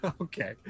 Okay